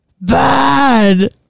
bad